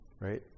right